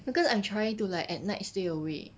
because I'm trying to like at night stay awake